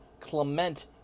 Clement